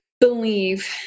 believe